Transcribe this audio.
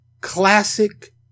classic